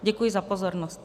Děkuji za pozornost.